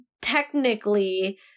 technically